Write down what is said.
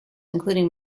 including